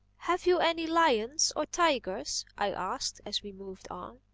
have you any lions or tigers? i asked as we moved on.